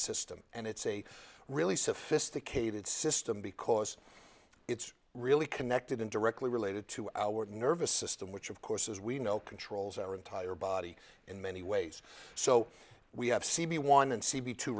system and it's a really sophisticated system because it's really connected in directly related to our nervous system which of course as we know controls our entire body in many ways so we have seen the one and